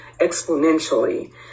exponentially